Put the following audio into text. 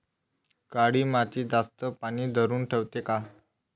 काळी माती जास्त पानी धरुन ठेवते का?